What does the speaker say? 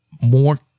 more